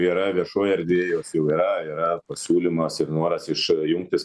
yra viešoj erdvėj jos jau yra yra pasiūlymas ir noras iš jungtis